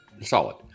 solid